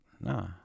nah